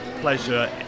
pleasure